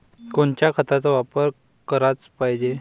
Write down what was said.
कोनच्या खताचा वापर कराच पायजे?